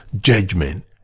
judgment